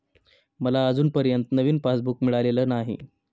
मला अजूनपर्यंत नवीन पासबुक मिळालेलं नाही